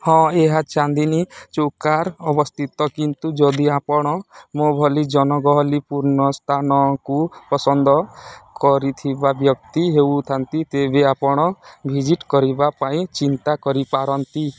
ହଁ ଏହା ଚାନ୍ଦନୀ ଚୌକର ଅବସ୍ଥିତ କିନ୍ତୁ ଯଦି ଆପଣ ମୋ ଭଳି ଜନଗହଳିପୂର୍ଣ୍ଣ ସ୍ଥାନକୁ ପସନ୍ଦ କରିଥିବା ବ୍ୟକ୍ତି ହେଉଥାନ୍ତି ତେବେ ଆପଣ ଭିଜିଟ୍ କରିବା ପାଇଁ ଚିନ୍ତା କରିପାରନ୍ତି